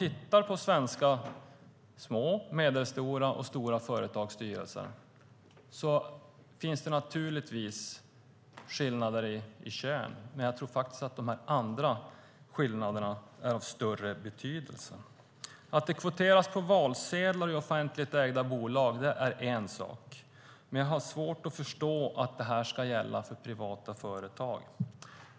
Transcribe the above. I svenska små, medelstora och stora företags styrelser finns det naturligtvis skillnader mellan könen. Men jag tror att dessa andra skillnader är av större betydelse. Att det kvoteras på valsedlar och i offentligt ägda bolag är en sak, men jag har svårt att förstå att det ska gälla för privata företag.